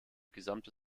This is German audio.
gesamte